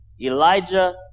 Elijah